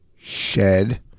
shed